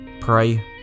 Pray